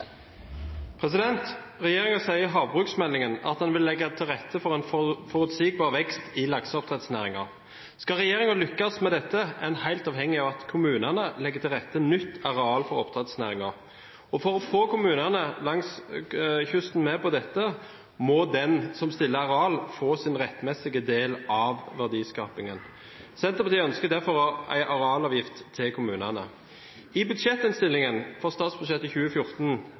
sier i havbruksmeldingen at en vil legge til rette for en forutsigbar vekst i lakseoppdrettsnæringen. Skal regjeringen lykkes med dette, er en helt avhengig av at kommunene legger til rette nytt areal for oppdrettsnæringen. For å få kommunene langs kysten med på dette må den som stiller areal, få sin rettmessige del av verdiskapingen. Senterpartiet ønsker derfor en arealavgift til kommunene. I budsjettinnstillingen for statsbudsjettet 2014